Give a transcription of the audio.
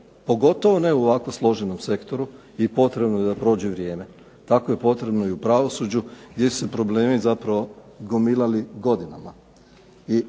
pogotovo ne u ovako složenom sektoru i potrebno je da prođe vrijeme. Tako je potrebno i u pravosuđu gdje su se problemi zapravo gomilali godinama